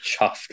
chuffed